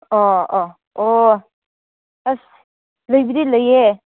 ꯑꯣ ꯑꯣ ꯑꯣ ꯑꯁ ꯂꯩꯕꯨꯗꯤ ꯂꯩꯌꯦ